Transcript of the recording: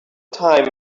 time